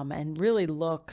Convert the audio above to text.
um and really look